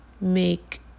make